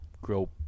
grow